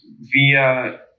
via